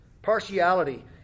Partiality